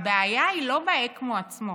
הבעיה היא לא באקמו עצמו,